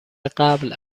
قبل